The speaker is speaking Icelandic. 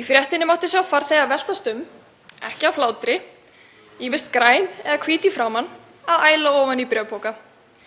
Í fréttinni mátti sjá farþega veltast um, ekki af hlátri, ýmist græn eða hvít í framan, að æla ofan í bréfpoka.